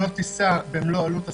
אתה לא תישא במלוא עלות השכר,